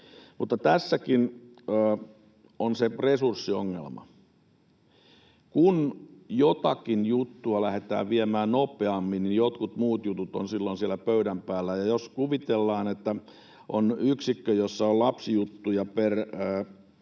Mutta tässäkin on se resurssiongelma: Kun jotakin juttua lähdetään viemään nopeammin, niin jotkut muut jutut ovat silloin siellä pöydän päällä. Ja jos kuvitellaan, että on yksikkö, jossa on lapsijuttuja per